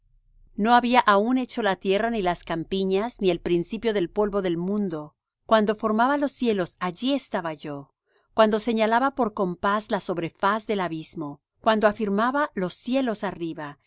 no había aún hecho la tierra ni las campiñas ni el principio del polvo del mundo cuando formaba los cielos allí estaba yo cuando señalaba por compás la sobrefaz del abismo cuando afirmaba los cielos arriba